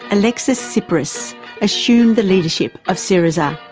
alexis tsipras assumed the leadership of syriza.